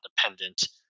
dependent